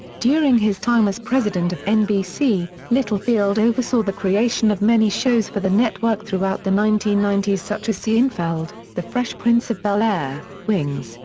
during his time as president of nbc, littlefield oversaw the creation of many shows for the network throughout the nineteen ninety s such as seinfeld, the fresh prince of bel-air, wings,